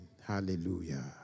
Hallelujah